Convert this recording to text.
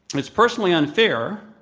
it's personally unfair,